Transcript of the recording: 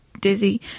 dizzy